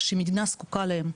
שהמדינה זקוקה להם.